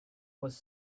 was